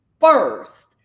first